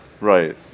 Right